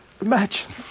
Imagine